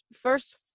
first